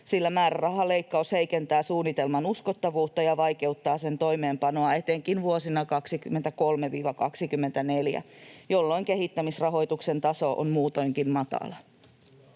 sillä määrärahaleikkaus heikentää suunnitelman uskottavuutta ja vaikeuttaa sen toimeenpanoa etenkin vuosina 23—24, jolloin kehittämisrahoituksen taso on muutoinkin matala.